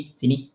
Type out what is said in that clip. sini